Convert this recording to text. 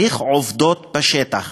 צריך עובדות בשטח.